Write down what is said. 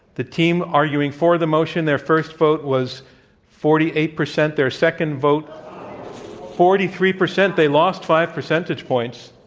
the team arguing for the motion, their first vote was forty eight percent, their second vote forty three percent. they lost five percentage points.